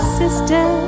sister